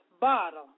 bottle